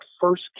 first